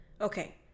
Okay